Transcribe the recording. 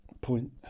point